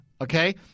okay